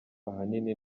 ahanini